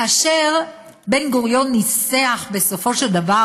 כאשר בן-גוריון ניסח בסופו של דבר,